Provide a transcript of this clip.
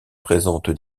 présente